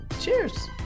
Cheers